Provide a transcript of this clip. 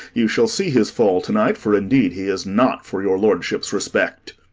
you shall see his fall to-night for indeed he is not for your lordship's respect.